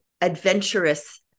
adventurous